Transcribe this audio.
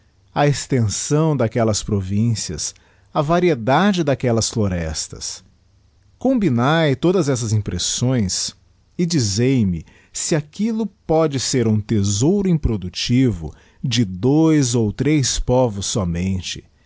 a extensão daquellas províncias a variedade daquellas florestas combinae todas essas impressões e dizei rae se aquillopóde serumthesouro improductivo de dois ou três povos somente